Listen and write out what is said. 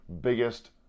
biggest